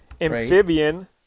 Amphibian